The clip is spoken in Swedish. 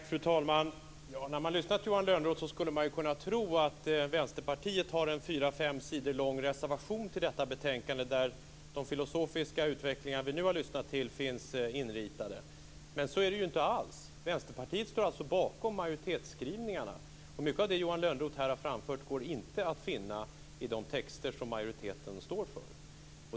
Fru talman! När man lyssnar till Johan Lönnroth skulle man kunna tro att Vänsterpartiet har en fyra fem sidor lång reservation till detta betänkande, där de filosofiska utläggningar vi nu har lyssnat till finns inritade. Men så är det inte alls. Vänsterpartiet står alltså bakom utskottsskrivningarna. Mycket av det Johan Lönnroth här har framfört går inte att finna i de texter som majoriteten står för.